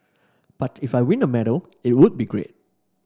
but if I win a medal it would be great